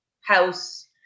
house